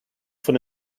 von